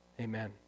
Amen